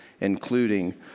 including